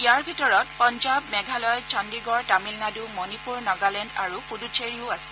ইয়াৰ ভিতৰত পঞ্জাব মেঘালয় চণ্ডিগড় তামিলনাড় মণিপুৰ নগালেণ্ড আৰু পুডুচেৰিও আছে